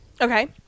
Okay